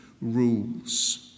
rules